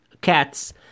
cats